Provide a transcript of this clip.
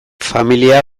familia